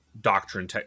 doctrine